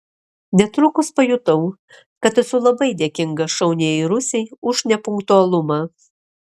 netrukus pajutau kad esu labai dėkingas šauniajai rusei už nepunktualumą